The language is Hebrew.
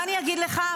מה אני אגיד לך,